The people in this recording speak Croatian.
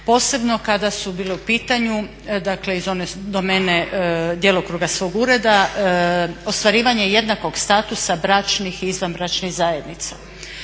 posebno kada su bile u pitanju, dakle iz one domene djelokruga svog ureda ostvarivanje jednakog statusa bračnih i izvanbračnih zajednica.